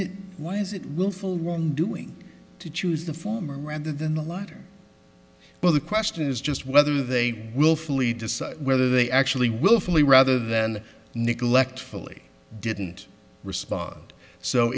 it why is it willful wrongdoing to choose the former rather than the latter well the question is just whether they willfully decide whether they actually wilfully rather than neglect fully didn't respond so